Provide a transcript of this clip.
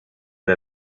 peu